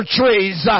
trees